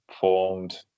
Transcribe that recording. formed